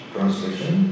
Translation